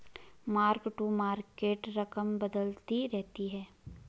mark to market रकम बदलती रहती है